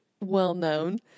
well-known